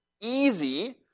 easy